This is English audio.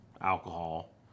alcohol